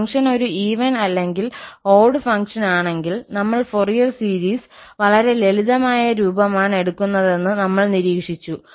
function ഒരു even അല്ലെങ്കിൽ odd ഫംഗ്ഷനാണെങ്കിൽ ഫോറിയർ സീരീസ് വളരെ ലളിതമായ രൂപമാണ് എടുക്കുന്നതെന്ന് നമ്മൾ നിരീക്ഷിച്ചു